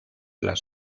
las